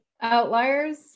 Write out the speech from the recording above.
outliers